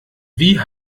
wie